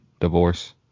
divorce